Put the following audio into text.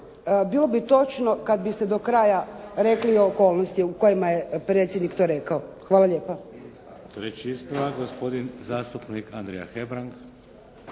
Bilo bi točno kada biste do kraja rekli o okolnostima u kojima je to predsjednik rekao. Hvala lijepa. **Šeks, Vladimir (HDZ)** Treći ispravak gospodin zastupnik Andrija Hebrang.